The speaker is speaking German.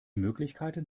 möglichkeiten